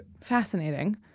Fascinating